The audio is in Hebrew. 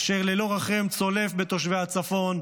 אשר ללא רחם צולף בתושבי הצפון,